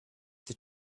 they